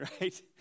right